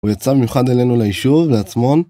הוא יצא במיוחד אלינו לישוב, לעצמון